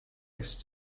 est